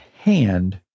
hand